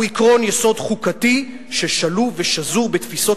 הוא עקרון יסוד חוקתי ששלוב ושזור בתפיסות